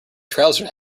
trousers